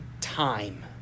time